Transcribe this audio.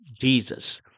Jesus